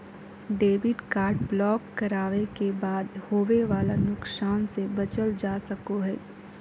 debit card block करावे के बाद होवे वाला नुकसान से बचल जा सको हय